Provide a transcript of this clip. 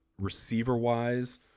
receiver-wise